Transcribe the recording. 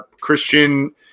Christian